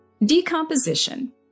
Decomposition